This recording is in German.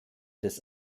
des